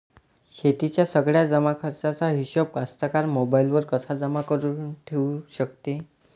शेतीच्या सगळ्या जमाखर्चाचा हिशोब कास्तकार मोबाईलवर कसा जमा करुन ठेऊ शकते?